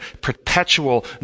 perpetual